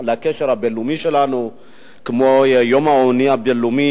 כמו ציון היום הבין-לאומי,